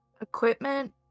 Equipment